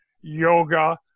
Yoga